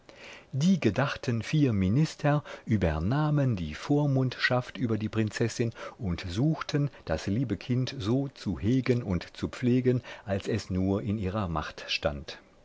die gedachten vier minister übernahmen die vormundschaft über die prinzessin und suchten das liebe kind so zu hegen und zu pflegen als es nur in ihrer macht stand